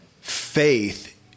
faith